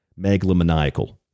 megalomaniacal